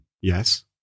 Yes